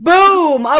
Boom